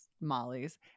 Molly's